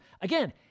again